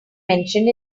mentioned